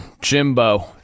Jimbo